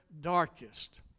darkest